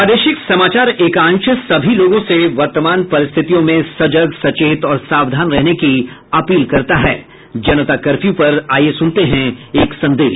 प्रादेशिक समाचार एकांश सभी लोगों से वर्तमान परिस्थितियों में सजग सचेत और सावधान रहने की अपील करता है जनता कर्फ्यू पर सुनते हैं एक संदेश